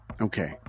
Okay